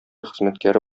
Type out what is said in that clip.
хезмәткәре